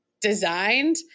designed